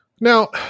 Now